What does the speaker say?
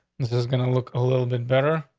this is gonna look a little bit better.